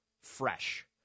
fresh